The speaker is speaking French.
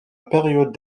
période